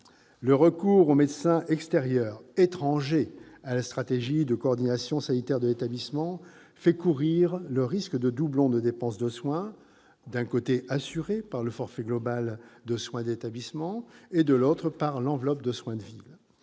Le recours au médecin extérieur, étranger à la stratégie de coordination sanitaire de l'établissement, fait courir le risque de doublons de dépenses de soins assurées, d'un côté, par le forfait global de soins de l'établissement et, de l'autre, par l'enveloppe de soins de ville.